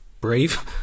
brave